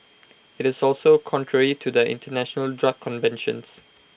IT is also contrary to the International drug conventions